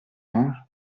ange